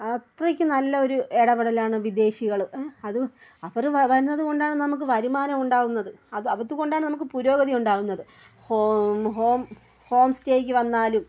അത്രയ്ക്ക് നല്ല ഒരു ഇടപെടലാണ് വിദേശികൾ അത് അവർ വ വരുന്നതുകൊണ്ടാണ് നമുക്ക് വരുമാനം ഉണ്ടാകുന്നത് അത് അതുകൊണ്ടാണ് നമുക്ക് പുരോഗതി ഉണ്ടാകുന്നത് ഹോം ഹോം ഹോംസ്റ്റേയ്ക്ക് വന്നാലും